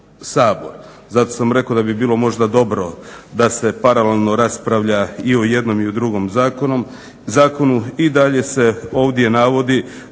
Zato sam rekao da bi bilo možda dobro da se paralelno raspravlja i o jednom i o drugom zakonu. I dalje se ovdje navodi